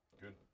Good